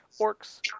Orcs